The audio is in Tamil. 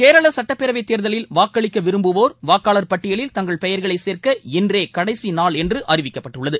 கேரள சட்டப்பேரவை தேர்தலில் வாக்களிக்க விரும்பவோர் வாக்காளர் பட்டியலில் தங்கள் பெயர்களை சேர்க்க இன்றே கடைசி நாள் என்று அறிவிக்கப்பட்டுள்ளது